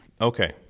Okay